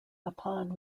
upon